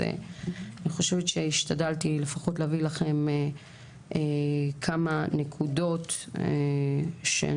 אז אני חושבת שהשתדלתי לפחות להביא לכם כמה נקודות שאני